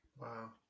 wow